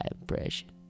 impression